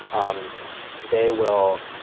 um they will,